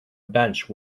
bench